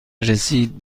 رسید